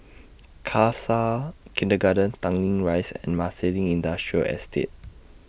Khalsa Kindergarten Tanglin Rise and Marsiling Industrial Estate